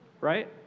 Right